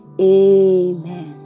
Amen